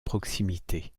proximité